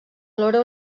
alhora